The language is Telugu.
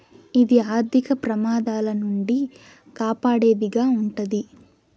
ఇది ఆర్థిక ప్రమాదాల నుండి కాపాడేది గా ఉంటది